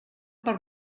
per